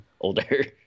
older